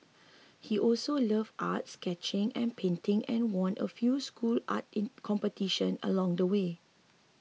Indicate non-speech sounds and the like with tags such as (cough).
he also (unintelligible) art sketching and painting and won a few school art in competition along the way